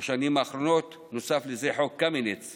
בשנים האחרונות נוסף לזה חוק קמיניץ,